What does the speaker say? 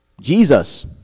Jesus